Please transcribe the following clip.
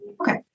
Okay